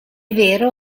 vero